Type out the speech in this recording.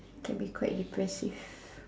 can be quite depressive